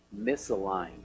misaligned